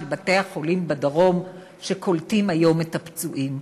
של בתי-החולים בדרום שקולטים היום את הפצועים.